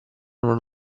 non